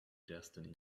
destiny